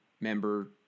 member